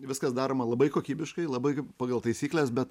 viskas daroma labai kokybiškai labai pagal taisykles bet